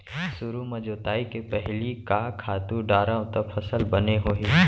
सुरु म जोताई के पहिली का खातू डारव त फसल बने होही?